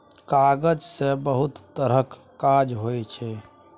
कागज सँ बहुत तरहक काज होइ छै